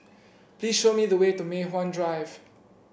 please show me the way to Mei Hwan Drive